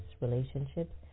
relationships